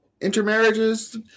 intermarriages